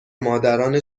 مادران